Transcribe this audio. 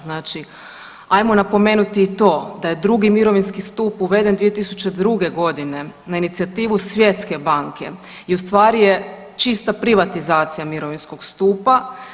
Znači ajmo napomenuti i to da je drugi mirovinski stup uveden 2002. godine na inicijativu Svjetske banke i ustvari je čista privatizacija mirovinskog stupa.